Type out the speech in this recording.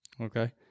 Okay